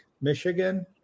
Michigan